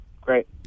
great